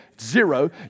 Zero